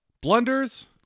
blunders